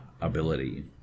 ability